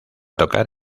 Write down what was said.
tocar